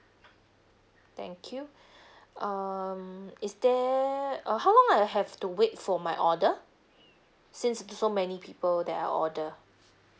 thank you um is there uh how long I have to wait for my order since so many people that are order